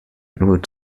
wrote